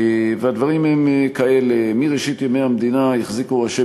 והדברים הם כאלה: מראשית ימי המדינה החזיקו ראשי